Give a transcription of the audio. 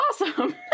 awesome